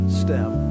step